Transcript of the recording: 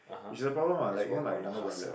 which is a problem lah like you know my younger brother